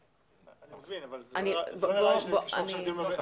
אני מבין, אבל לא נראה לי שזה קשור לדיון שעברנו.